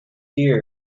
ear